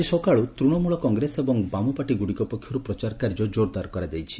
ଆଜି ସକାଳୁ ତୃଣମୂଳ କଂଗ୍ରେସ ଏବଂ ବାମପାର୍ଟିଗୁଡ଼ିକ ପକ୍ଷରୁ ପ୍ରଚାର କାର୍ଯ୍ୟ ଜୋର୍ଦାର୍ କରାଯାଇଛି